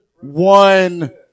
one